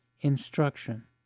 instruction